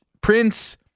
Prince